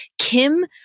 Kim